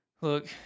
look